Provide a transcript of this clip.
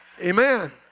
Amen